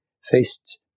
Faced